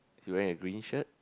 is he wearing a green shirt